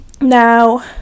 now